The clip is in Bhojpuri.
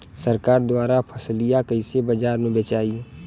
सरकार द्वारा फसलिया कईसे बाजार में बेचाई?